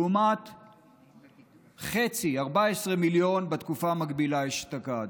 לעומת חצי, 14 מיליון, בתקופה המקבילה אשתקד,